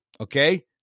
Okay